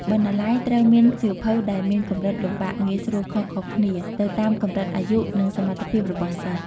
បណ្ណាល័យត្រូវមានសៀវភៅដែលមានកម្រិតលំបាកងាយស្រួលខុសៗគ្នា ទៅតាមកម្រិតអាយុ និងសមត្ថភាពរបស់សិស្ស។